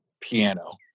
piano